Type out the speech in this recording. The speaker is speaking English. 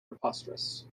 preposterous